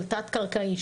של תת קרקעי,